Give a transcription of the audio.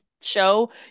show